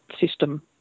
system